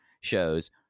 shows